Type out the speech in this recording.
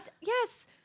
Yes